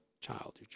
child